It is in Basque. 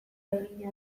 egina